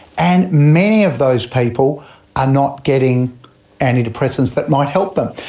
and many of those people are not getting antidepressants that might help them.